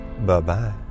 Bye-bye